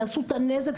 יעשו את הנזק,